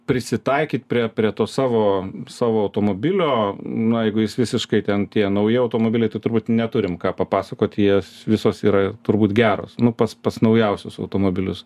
prisitaikyt prie prie to savo savo automobilio na jeigu jis visiškai ten tie nauji automobiliai tai turbūt neturim ką papasakoti jies visos yra turbūt geros nu pas pas naujausius automobilius